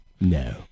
No